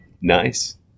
Nice